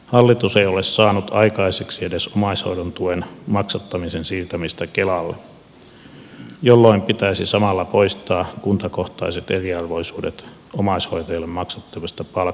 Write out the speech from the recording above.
hallitus ei ole saanut aikaiseksi edes omaishoidon tuen maksattamisen siirtämistä kelalle jolloin pitäisi samalla poistaa kuntakohtaiset eriarvoisuudet omaishoitajille maksettavista palkkioista